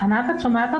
ענת הורוביץ